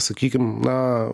sakykim na